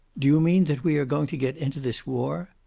do you mean that we are going to get into this war?